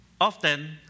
often